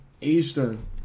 Eastern